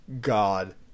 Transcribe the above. god